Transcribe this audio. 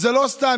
זה לא סתם.